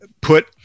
put